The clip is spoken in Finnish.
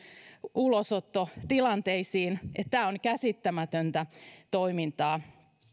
ulosottotilanteisiin tämä on käsittämätöntä toimintaa